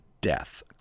death